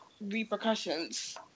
repercussions